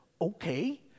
okay